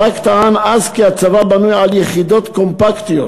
ברק טען אז כי הצבא בנוי על יחידות קומפקטיות,